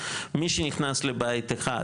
מי שנכנס לבית אחד,